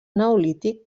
neolític